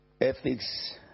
ethics